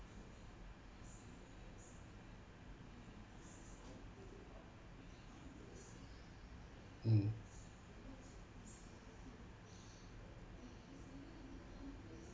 mm